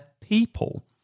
people